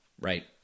right